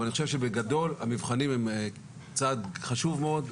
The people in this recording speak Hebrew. אבל אני חושב שבגדול המבחנים הם צעד חשוב מאוד,